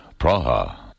Praha